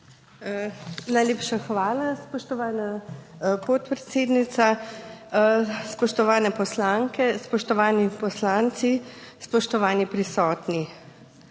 Najlepša hvala, spoštovana podpredsednica, spoštovane poslanke, spoštovani poslanci, spoštovani prisotni.